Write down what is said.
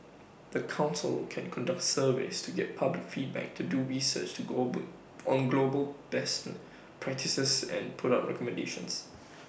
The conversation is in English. the Council can conduct surveys to get public feedback to do research to global on global best practices and put up recommendations